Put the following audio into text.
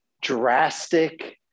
drastic